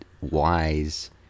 wise